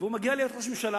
והוא מגיע להיות ראש ממשלה,